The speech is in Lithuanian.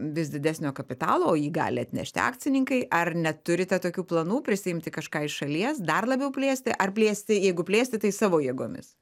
vis didesnio kapitalo o jį gali atnešti akcininkai ar neturite tokių planų prisiimti kažką iš šalies dar labiau plėsti ar plėsti jeigu plėsti tai savo jėgomis